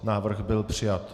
Návrh byl přijat.